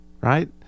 right